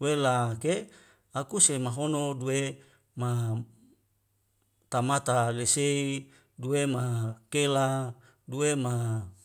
wela ke aku se ma hono due ma kabamata lesei due mahala kella duie maha